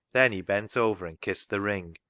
then he bent over and kissed the ring,